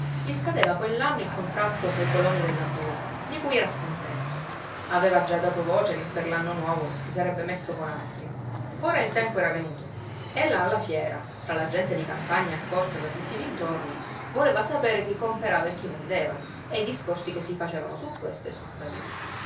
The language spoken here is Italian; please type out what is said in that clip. gli scadeva quell'anno il contratto coi coloni della cura di cui era scontento aveva già dato voce che per l'anno nuovo si sarebbe messo con altri ora il tempo era venuto e là alla fiera tra la gente di campagna accorsa da tutti i dintorni voleva sapere chi comperava e chi vendeva e i discorsi che si facevano su questo e su quello